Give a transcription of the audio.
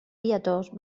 pietós